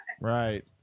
Right